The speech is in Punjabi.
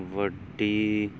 ਵੱਡੀ